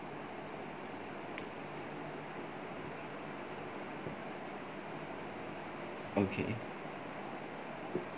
okay